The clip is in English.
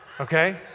okay